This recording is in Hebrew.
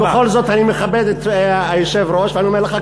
אדוני היושב-ראש, נגמר לו הזמן.